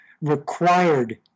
required